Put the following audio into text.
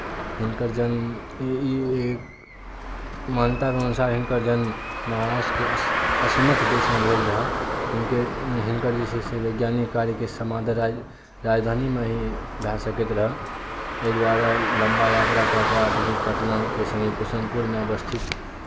हिनकर जन्म ई एक मान्यताक अनुसार हिनकर जन्म महाराष्ट्रके अस्मक देशमे भेल रहय हिनकर जे छै से वैज्ञानिक कार्यके सम्मान राजधानीमे ही भए सकैत रहए एहि दुआरे लम्बा यात्रा कएके आधुनिक पटनाके सङ्गे कुसुमपुरमे अवस्थित